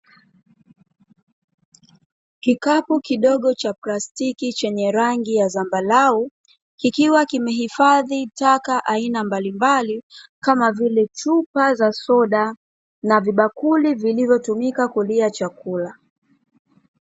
Kikapu kidogo cha plastiki chenye rangi ya zambarau, kikiwa kimeifadhi taka aina mbalimbali, kama vile; chupa za soda na vibakuli vilivyotumika kulia chakula.